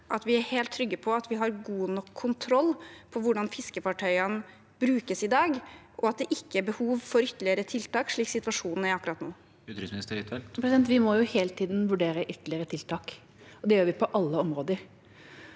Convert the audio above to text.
at vi er helt trygge på at vi har god nok kontroll over hvordan fiskefartøyene brukes i dag, og at det ikke er behov for ytterligere tiltak slik situasjonen er akkurat nå? Utenriksminister Anniken Huitfeldt Vi må hele tida vurdere ytterligere tiltak, og det gjør vi på alle områder.